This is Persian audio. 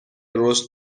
رشد